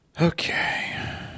Okay